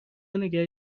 نگه